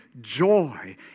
joy